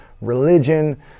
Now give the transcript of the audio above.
religion